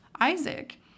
Isaac